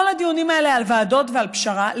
כל הדיונים האלה על ועדות ועל פשרה,